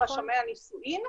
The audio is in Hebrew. רשמי הנישואין,